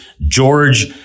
George